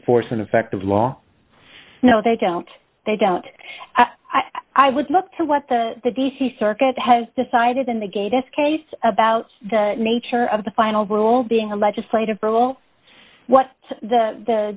force and effect of law no they don't they don't i i would look to what the the d c circuit has decided in the gate its case about the nature of the final rule being a legislative battle what the the